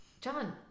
John